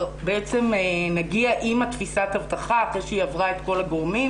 עם תפיסת האבטחה אחרי שהיא עברה את כל הגורמים,